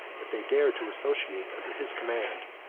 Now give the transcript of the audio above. if they dared to associate under his command,